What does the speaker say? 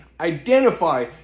identify